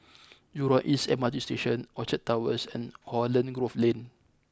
Jurong East M R T Station Orchard Towers and Holland Grove Lane